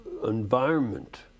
environment